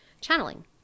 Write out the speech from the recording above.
channeling